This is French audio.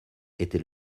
était